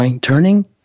turning